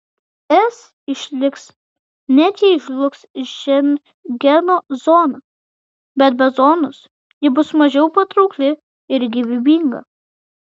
es išliks net jei žlugs šengeno zona bet be zonos ji bus mažiau patraukli ir gyvybinga